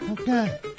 Okay